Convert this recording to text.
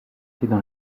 étaient